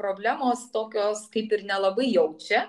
problemos tokios kaip ir nelabai jaučia